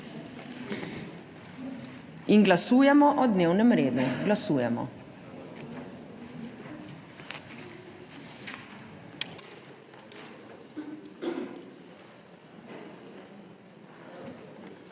In glasujemo o dnevnem redu. Glasujemo.